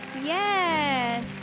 yes